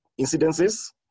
incidences